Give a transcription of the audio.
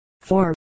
four